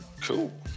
Cool